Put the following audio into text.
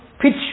pitch